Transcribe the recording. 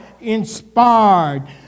inspired